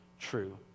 true